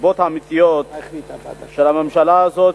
חבר הכנסת שלמה מולה,